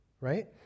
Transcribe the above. right